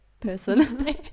person